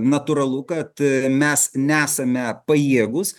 natūralu kad mes nesame pajėgūs